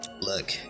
look